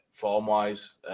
form-wise